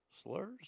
Slurs